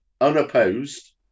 unopposed